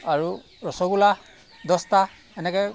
আৰু ৰসগোল্লা দহটা এনেকৈ